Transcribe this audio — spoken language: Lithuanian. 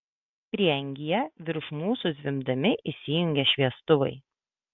prieangyje virš mūsų zvimbdami įsijungė šviestuvai